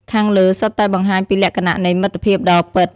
ខាងលើសុទ្ធតែបង្ហាញពីលក្ខណៈនៃមិត្តភាពដ៏ពិត។